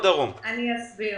אני אסביר.